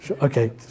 Okay